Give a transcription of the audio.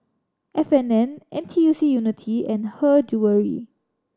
F and N N T U C Unity and Her Jewellery